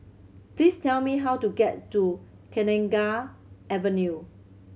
please tell me how to get to Kenanga Avenue